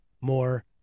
more